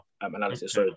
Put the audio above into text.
analysis